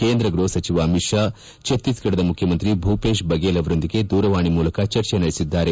ಕೇಂದ್ರ ಗ್ಲಹಸಚಿವ ಅಮಿತ್ ಶಾ ಚತ್ತೀಸ್ಗಢದ ಮುಖ್ಯಮಂತ್ರಿ ಭೂಪೇಶ್ ಬಗೇಲ್ ಅವರೊಂದಿಗೆ ದೂರವಾಣಿ ಮೂಲಕ ಚರ್ಚೆ ನಡೆಸಿದ್ದಾರೆ